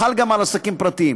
חל גם על עסקים פרטיים.